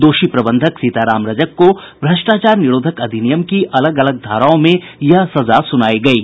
दोषी प्रबंधक सीताराम रजक को भ्रष्टाचार निरोधक अधिनियम की अलग अलग धाराओं में यह सजा सुनाई गयी